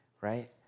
right